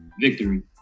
victory